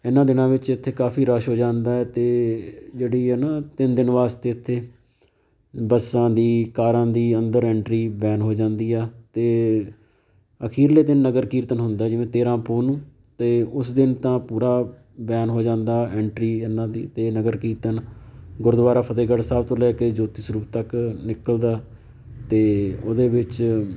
ਇਹਨਾਂ ਦਿਨਾਂ ਵਿੱਚ ਇੱਥੇ ਕਾਫੀ ਰਸ਼ ਹੋ ਜਾਂਦਾ ਅਤੇ ਜਿਹੜੀ ਹੈ ਨਾ ਤਿੰਨ ਦਿਨ ਵਾਸਤੇ ਇੱਥੇ ਬੱਸਾਂ ਦੀ ਕਾਰਾਂ ਦੀ ਅੰਦਰ ਐਂਟਰੀ ਬੈਨ ਹੋ ਜਾਂਦੀ ਆ ਅਤੇ ਅਖੀਰਲੇ ਦਿਨ ਨਗਰ ਕੀਰਤਨ ਹੁੰਦਾ ਜਿਵੇਂ ਤੇਰ੍ਹਾਂ ਪੋਹ ਨੂੰ ਅਤੇ ਉਸ ਦਿਨ ਤਾਂ ਪੂਰਾ ਬੈਨ ਹੋ ਜਾਂਦਾ ਐਂਟਰੀ ਇਹਨਾਂ ਦੀ ਅਤੇ ਨਗਰ ਕੀਰਤਨ ਗੁਰਦੁਆਰਾ ਫਤਿਹਗੜ੍ਹ ਸਾਹਿਬ ਤੋਂ ਲੈ ਕੇ ਜੋਤੀ ਸਰੂਪ ਤੱਕ ਨਿਕਲਦਾ ਅਤੇ ਉਹਦੇ ਵਿੱਚ